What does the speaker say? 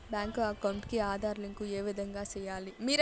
Bank account కి Aadhaar link ఏ విధంగా సెయ్యాలి?